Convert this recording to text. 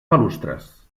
balustres